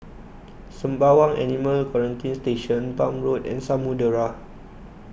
Sembawang Animal Quarantine Station Palm Road and Samudera